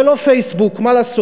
זה לא פייסבוק, מה לעשות,